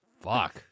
Fuck